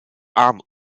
aan